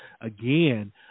again